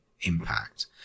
impact